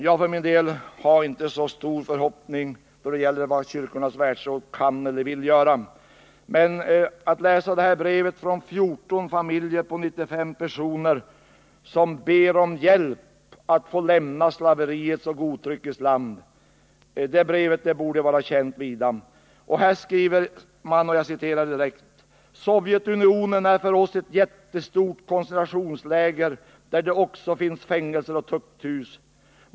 Jag har för min del inte så stor förhoppning när det gäller vad Kyrkornas världsråd kan eller vill göra, men detta brev från 14 familjer på 95 personer, som ber om hjälp att få lämna slaveriets och godtyckets land, borde vara vida känt. Här skriver man: ”Sovjetunionen är för oss ett jättestort koncentrationsläger där det också finns fängelser och tukthus.